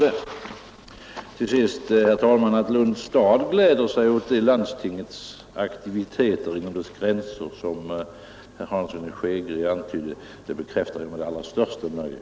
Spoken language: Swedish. Till sist, herr talman, vill jag säga att jag med det allra största nöje vill bekräfta att Lunds stad gläder sig åt de landstingets aktiviteter inom dess gränser som herr Hansson i Skegrie antydde.